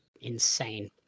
insane